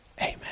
Amen